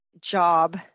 job